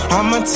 I'ma